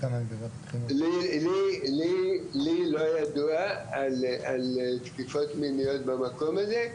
לי לא ידוע על תקיפות מיניות במקום הזה,